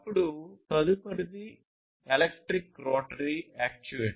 అప్పుడు తదుపరిది electric rotary actuator